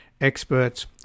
Experts